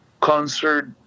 concert